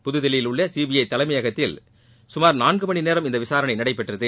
புதுதில்லியில் உள்ள சிபிஐ தலைமையகத்தில் சுமார் நான்கு மணிநேரம் இந்த விசாரணை நடைபெற்றது